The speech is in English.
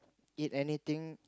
eat anything